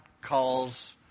calls